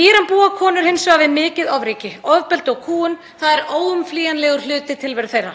Íran búa konur hins vegar við mikið ofríki og ofbeldi og kúgun. Það er óumflýjanlegur hluti tilveru þeirra.